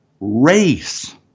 race